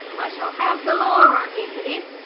i shall have the law on you for this,